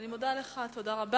אני מודה לך, תודה רבה.